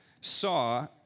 saw